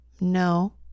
no